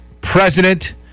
president